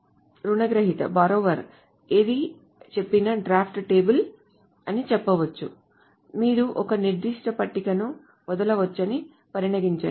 మీరు రుణగ్రహీత ఏది చెప్పినా డ్రాప్ టేబుల్ అని చెప్పవచ్చు మీరు ఒక నిర్దిష్ట పట్టికను వదలవచ్చని పరిగణించండి